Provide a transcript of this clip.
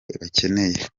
bakeneye